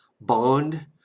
bond